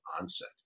onset